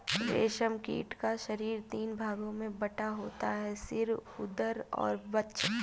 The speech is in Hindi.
रेशम कीट का शरीर तीन भागों में बटा होता है सिर, उदर और वक्ष